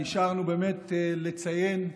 נשארנו לציין,